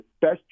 best